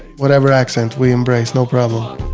whatever accent we embrace, no problem ah